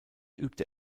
übte